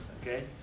okay